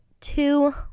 two